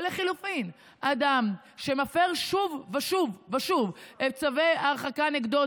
או לחלופין אדם שמפר שוב ושוב ושוב את צווי ההרחקה נגדו,